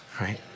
right